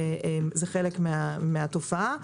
זה חלק מן התופעה.